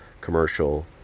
commercial